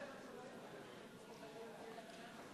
בממשלה לא נתקבלה.